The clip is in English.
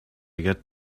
get